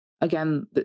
again